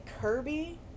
Kirby